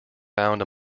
found